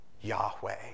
Yahweh